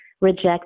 reject